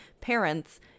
parents